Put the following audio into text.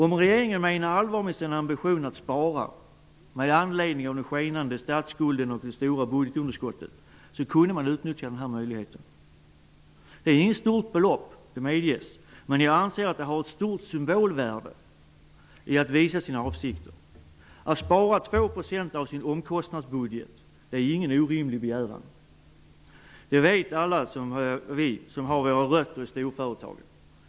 Om regeringen menar allvar med sina ambitioner att spara med tanke på den skenande statsskulden och det stora budgetunderskottet, kan denna möjlighet utnyttjas. Jag medger att det är inte något stort belopp. Men jag anser att det har ett stort symbolvärde i att visa sina avsikter. Det är inte någon orimlig begäran att spara 2 % på omkostnadsbudgeten. Det vet alla vi som har våra rötter i storföretag.